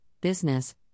business